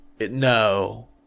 No